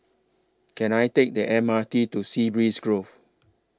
Can I Take The M R T to Sea Breeze Grove